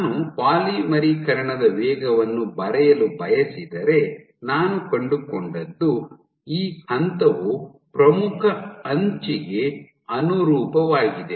ನಾನು ಪಾಲಿಮರೀಕರಣದ ವೇಗವನ್ನು ಬರೆಯಲು ಬಯಸಿದರೆ ನಾನು ಕಂಡುಕೊಂಡದ್ದು ಈ ಹಂತವು ಪ್ರಮುಖ ಅಂಚಿಗೆ ಅನುರೂಪವಾಗಿದೆ